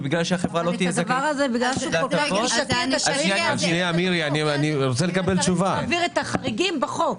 ובגלל שהחברה לא תהיה זכאית להטבות --- צריך להבהיר את החריגים בחוק,